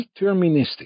deterministic